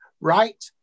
Right